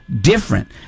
different